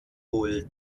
wohl